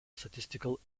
statistical